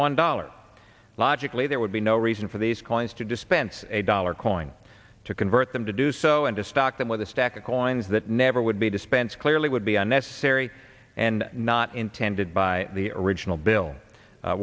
one dollar logically there would be no reason for these coins to dispense a dollar coin to convert them to do so and to stock them with a stack of quine's that never would be dispensed clearly would be unnecessary and not intended by the original bill